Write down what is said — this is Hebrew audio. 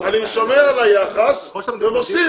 אני משנה על היחס ומוסיף,